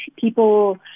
People